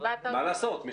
מה לעשות,